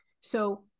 So-